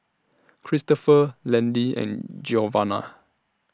Cristopher Landyn and Giovanna